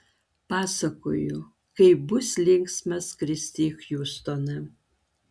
pasakoju kaip bus linksma skristi į hjustoną